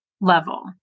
level